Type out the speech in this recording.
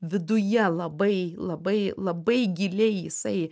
viduje labai labai labai giliai jisai